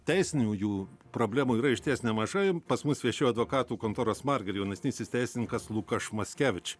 teisinių jų problemų yra išties nemažai pas mus viešėjo advokatų kontoros marger jaunesnysis teisininkas lukaš mackevič